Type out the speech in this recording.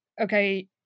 Okay